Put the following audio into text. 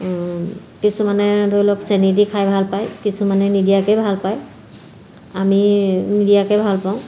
কিছুমানে ধৰি লওক চেনি দি খাই ভাল পায় কিছুমানে নিদিয়াকে ভাল পায় আমি নিদিয়াকে ভাল পাওঁ